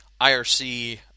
IRC